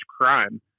crime